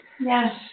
Yes